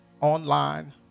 online